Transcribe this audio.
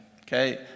okay